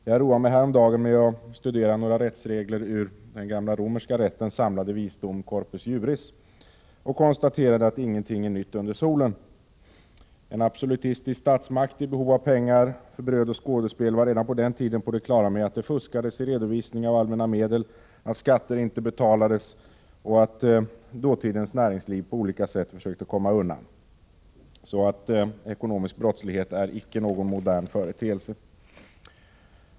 Jag roade mig häromdagen med att studera några rättsregler i den romerska rättens samlade visdom Corpus Juris och kunde konstatera att ingenting är nytt under solen: en absolutistisk statsmakt i behov av pengar, bröd och skådespel var redan på den tiden på det klara med att det fuskades i redovisningen av allmänna medel, att skatter inte betalades och att dåtidens näringsliv på olika sätt försökte komma undan. Ekonomisk brottslighet är alltså inte någon modern företeelse.